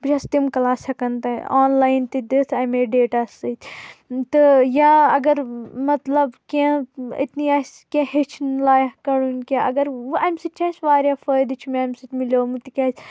بہٕ چھس تِم کلاس ہیکان آنلاین تہِ دِتھ امےٚ ڈاٹا سۭتۍ تہِ یا اگر مطلب کینٛہہ اتنی آسہِ کینٛہہ ہیچھُں لایکھ کڑُن کینٛہہ اگر ون امہِ سۭتۍ چھِ اسہِ واریاہ فٲیدٕ چھُ مےٚ امہِ سۭتۍ مِلیومُت تِکیازِ